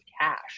cash